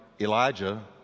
Elijah